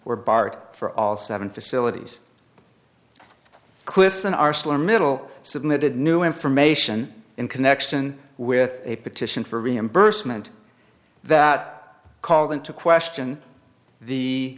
were barred for all seven facilities clisson arcelor middle submitted new information in connection with a petition for reimbursement that called into question the